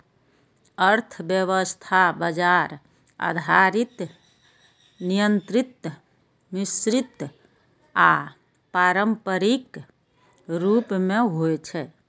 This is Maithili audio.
अर्थव्यवस्था बाजार आधारित, नियंत्रित, मिश्रित आ पारंपरिक रूप मे होइ छै